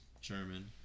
german